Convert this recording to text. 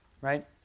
right